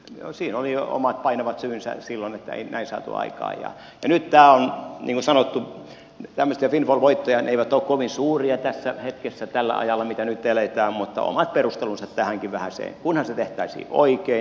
siihen oli omat painavat syynsä silloin että ei näin saatu aikaan ja nyt niin kuin sanottu tämmöiset windfall voitot eivät ole kovin suuria tässä hetkessä tällä ajalla mitä nyt eletään mutta omat perustelunsa tähänkin vähäiseen kunhan se tehtäisiin oikein